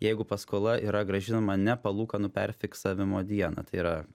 jeigu paskola yra grąžinama ne palūkanų per fiksavimo dieną tai yra